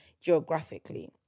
geographically